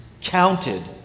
counted